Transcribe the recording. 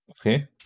okay